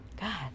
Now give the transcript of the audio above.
god